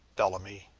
bellamy,